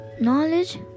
knowledge